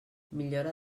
millora